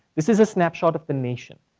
this is a snapshot of the nation,